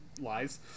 Lies